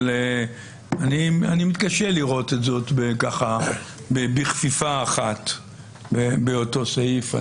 אבל אני מתקשה לראות את זה בכפיפה אחת באותו סעיף.